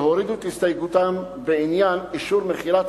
שהורידו את הסתייגותם בעניין אישור מכירת